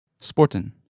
Sporten